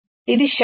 ఇది శక్తి